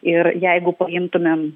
ir jeigu paimtumėm